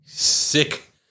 Sick